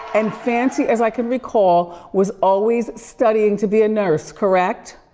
and fancy, as i can recall, was always studying to be a nurse, correct?